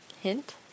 Hint